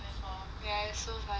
ya it's so funny